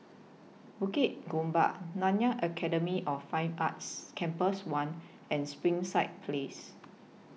Bukit Gombak Nanyang Academy of Fine Arts Campus one and Springside Place